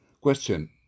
Question